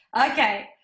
Okay